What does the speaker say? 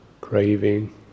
craving